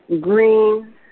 green